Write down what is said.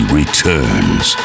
returns